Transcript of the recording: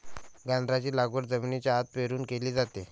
गाजराची लागवड जमिनीच्या आत पेरून केली जाते